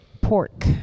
pork